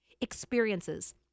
Experiences